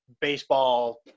baseball